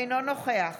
אינו נוכח